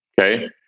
Okay